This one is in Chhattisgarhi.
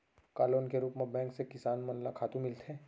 का लोन के रूप मा बैंक से किसान मन ला खातू मिलथे?